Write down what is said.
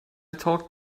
taught